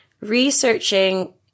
researching